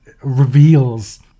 reveals